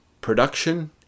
Production